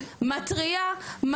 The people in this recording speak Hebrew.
מתריעה,